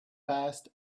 past